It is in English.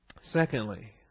secondly